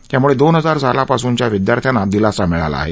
त्यामुळे दोन हजार सालापासूनच्या विद्यार्थ्यांना दिलासा मिळाला आहे